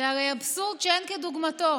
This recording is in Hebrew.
זה הרי אבסורד שאין כדוגמתו.